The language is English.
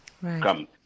come